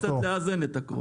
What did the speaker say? צריך לאזן קצת את הכוח.